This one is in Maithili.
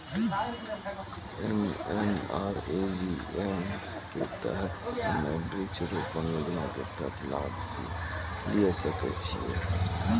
एम.एन.आर.ई.जी.ए के तहत हम्मय वृक्ष रोपण योजना के तहत लाभ लिये सकय छियै?